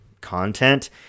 content